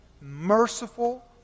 merciful